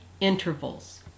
Intervals